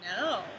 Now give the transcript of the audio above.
No